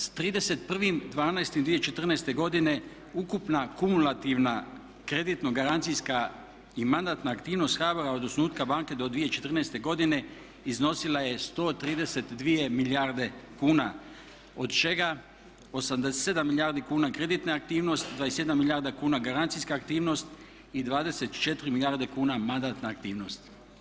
S 31.12.2014. godine ukupna kumulativna, kreditno-garancijska i mandatna aktivnost HBOR-a od osnutka banke do 2014. godine iznosila je 132 milijarde kuna od čeka 87 milijardi kuna kreditna aktivnost, 27 milijarda kuna garancijska aktivnost i 24 milijarde kuna mandatna aktivnost.